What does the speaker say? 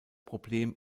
problem